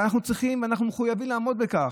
ואנחנו צריכים ואנחנו מחויבים לעמוד בכך.